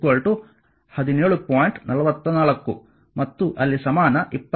44 ಮತ್ತು ಅಲ್ಲಿ ಸಮಾನ 22